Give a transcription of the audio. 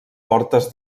portes